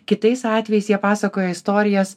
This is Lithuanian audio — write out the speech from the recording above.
kitais atvejais jie pasakoja istorijas